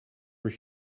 were